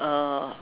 uh